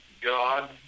God